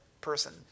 person